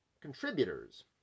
Contributors